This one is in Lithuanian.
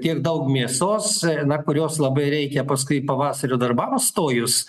tiek daug mėsos na kurios labai reikia paskui pavasario darbam stojus